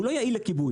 הוא לא יעיל לכיבוי.